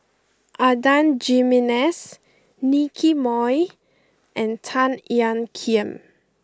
Adan Jimenez Nicky Moey and Tan Ean Kiam